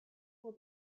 will